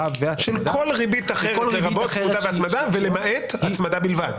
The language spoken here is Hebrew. והצמדה --- של כל ריבית אחרת לרבות ריבית צמודה והצמדה ולמעט הצמדה בלבד.